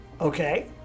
Okay